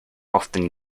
often